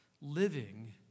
living